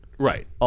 Right